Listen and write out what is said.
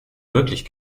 wirklich